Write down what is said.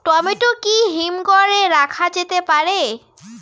Tomato কি হিমঘর এ রাখা যেতে পারে?